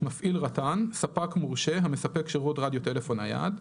""מפעיל רט"ן" ספק מורשה המספק שירות רדיו טלפון נייד,